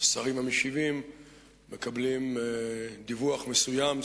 השרים המשיבים מקבלים דיווח מסוים,